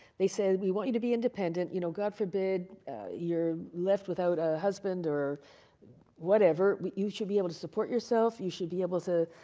they said, we want you to be independent, you know, god forbid you're left without a husband or whatever, but you should be able to support yourself, you should be able to,